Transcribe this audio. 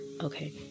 Okay